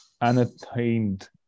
unattained